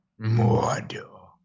Mordo